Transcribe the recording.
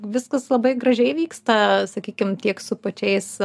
viskas labai gražiai vyksta sakykim tiek su pačiais